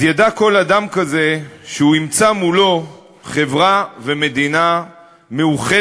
אז ידע כל אדם כזה שהוא ימצא מולו חברה ומדינה מאוחדת,